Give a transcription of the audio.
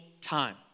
time